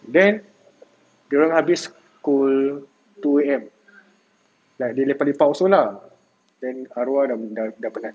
then dorang habis pukul two A_M like they lepak-lepak also lah then arwah dah dah penat